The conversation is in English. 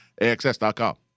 axs.com